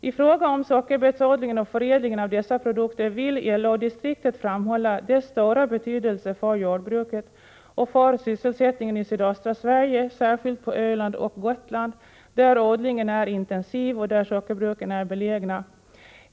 Ifråga om sockerbetsodlingen och förädlingen av dessa produkter vill LO-distriktet framhålla dess stora betydelse för jordbruket och för sysselsättningen i sydöstra Sverige, särskilt på Öland och Gotland där odlingen är intensiv och där sockerbruken är belägna.